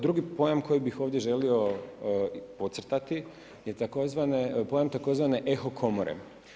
Drugi pojam koji bih ovdje želio podcrtati je pojam tzv. eho komore.